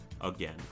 again